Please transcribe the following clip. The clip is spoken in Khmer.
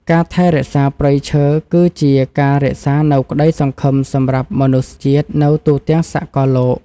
ការថែរក្សាព្រៃឈើ គឺជាការរក្សានូវក្តីសង្ឃឹមសម្រាប់មនុស្សជាតិនៅទូទាំងសកលលោក។